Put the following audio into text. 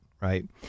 right